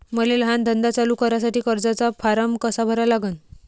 मले लहान धंदा चालू करासाठी कर्जाचा फारम कसा भरा लागन?